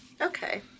Okay